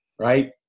right